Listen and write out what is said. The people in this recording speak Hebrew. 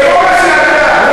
זה לא מה שאתה.